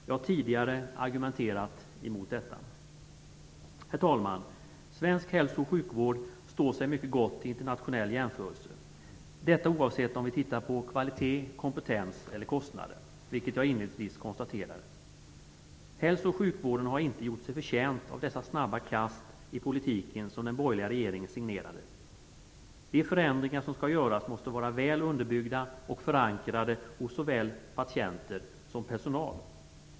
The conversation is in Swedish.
Jag har tidigare argumenterat mot detta. Herr talman! Svensk hälso och sjukvård står sig mycket gott i internationell jämförelse, detta oavsett om vi tittar på kvalitet, kompetens eller kostnader, vilket jag inledningsvis konstaterade. Hälso och sjukvården har inte gjort sig förtjänt av dessa snabba kast i politiken som den borgerliga regeringen signerade. De förändringar som skall göras måste vara väl underbyggda och förankrade hos såväl patienter som personal.